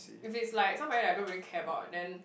if it's like somebody I don't really care about then